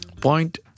Point